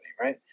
right